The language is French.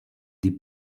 des